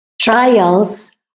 trials